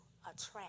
attract